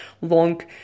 long